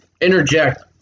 interject